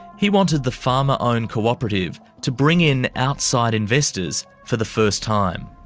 he wanted the farmer-owned cooperative to bring in outside investors for the first time.